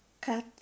cut